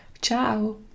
Ciao